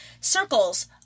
circles